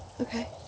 Okay